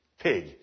Pig